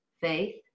faith